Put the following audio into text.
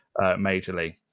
majorly